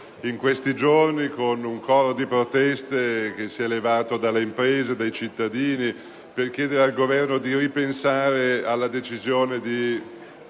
in questi giorni dato il coro di proteste che si è levato dalle imprese e dai cittadini per chiedere al Governo di ritornare sulla propria